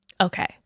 Okay